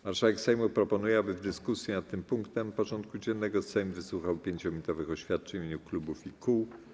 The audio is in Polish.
Marszałek Sejmu proponuje, aby w dyskusji nad tym punktem porządku dziennego Sejm wysłuchał 5-minutowych oświadczeń w imieniu klubów i kół.